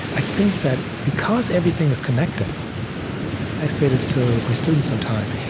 i think that because everything is connected i say this to my students sometimes.